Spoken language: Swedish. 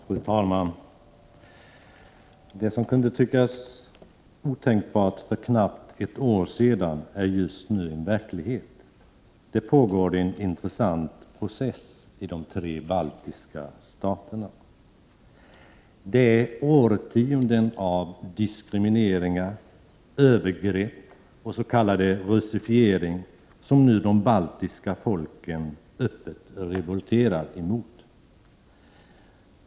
Fru talman! Det som verkade otänkbart för knappt ett år sedan är just nu verklighet. Det pågår en intressant process i de tre baltiska staterna. Det är årtionden av diskriminering, övergrepp och s.k. russifiering som de baltiska folken öppet revolterar mot.